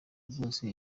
rwose